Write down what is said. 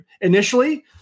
initially